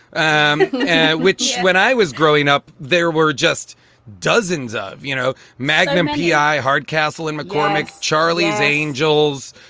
um which when i was growing up, there were just dozens of, you know, magnum p i, hardcastle and mccormick, charlie's angels,